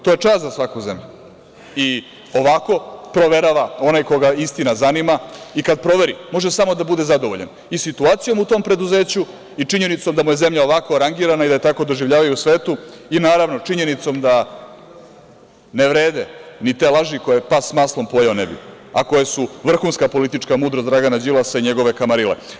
To je čast za svaku zemlju i ovako proverava onaj koga istina zanima i kad proveri može samo da bude zadovoljan i situacijom u tom preduzeću i činjenicom da mu je zemlja ovako rangirana i da je tako doživljavaju u svetu i, naravno, činjenicom da ne vrede ni te laži koje pas s maslom pojeo ne bi, a koje su vrhunska politička mudrost Dragana Đilasa i njegove kamarile.